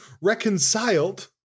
reconciled